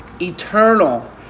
eternal